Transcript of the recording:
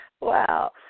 Wow